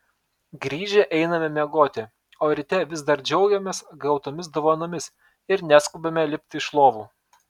grįžę einame miegoti o ryte vis dar džiaugiamės gautomis dovanomis ir neskubame lipti iš lovų